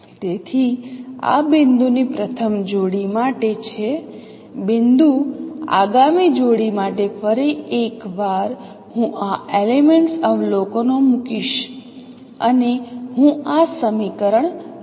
તેથી આ બિંદુની પ્રથમ જોડી માટે છે બિંદુ આગામી જોડી માટે ફરી એકવાર હું આ એલિમેન્ટ્સ અવલોકનો મુકીશ અને હું આ સમીકરણ લખી શકું છું